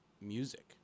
music